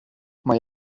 mae